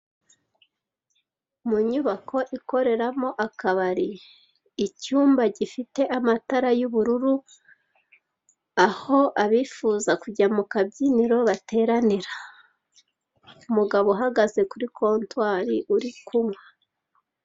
Mu nyubako ikoreramo akabari, icyumba gifite amatara y'ubururu aho abifuza kujya mu kabyiniro bateranira, umugabo uhagaze kuri kontwari uri kunywa.